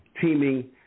teaming